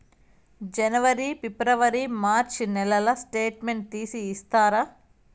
జనవరి, ఫిబ్రవరి, మార్చ్ నెలల స్టేట్మెంట్ తీసి ఇస్తారా?